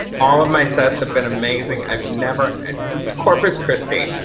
all of my sets have been amazing i've never corpus christi.